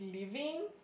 living